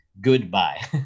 Goodbye